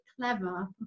clever